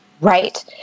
Right